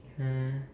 mm